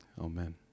Amen